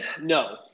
No